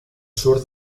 sur